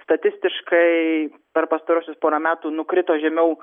statistiškai per pastaruosius porą metų nukrito žemiau